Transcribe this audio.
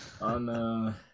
on